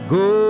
go